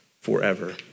forever